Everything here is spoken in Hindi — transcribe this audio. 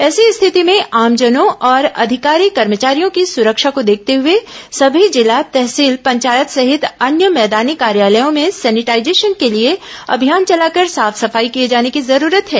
ऐसी स्थिति में आमजनों और अधिकारी कर्मचारियों की सुरक्षा को देखते हए सभी जिला तहसील पंचायत सहित अन्य भैदानी कार्यालयों में सेनिटाईजेशन के लिए अभियान चलाकर साफ सफाई किए जाने की जरूरत है